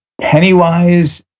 Pennywise